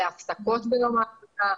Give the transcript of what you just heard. להפסקות ביום העבודה,